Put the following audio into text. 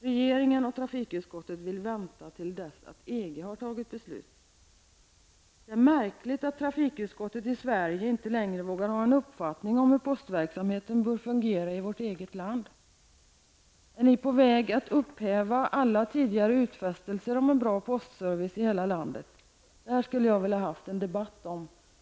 Regeringen och trafikutskottet vill vänta till dess att EG har fattat beslut. Det är märkligt att trafikutskottet i Sverige inte längre vågar ha en uppfattning om hur postverksamheten bör fungera i vårt eget land. Är ni på väg att upphäva alla tidigare utfästelser om en bra postservice i hela landet? Jag skulle alltså ha velat ha en debatt om detta.